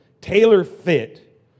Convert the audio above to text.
tailor-fit